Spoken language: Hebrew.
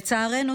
לצערנו,